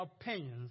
opinions